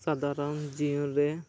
ᱥᱟᱫᱷᱟᱨᱚᱱ ᱡᱤᱭᱚᱱ ᱨᱮ